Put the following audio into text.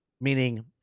meaning